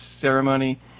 ceremony